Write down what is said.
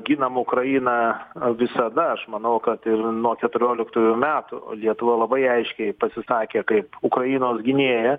ginam ukrainą visada aš manau kad ir nuo keturioliktųjų metų lietuva labai aiškiai pasisakė kaip ukrainos gynėja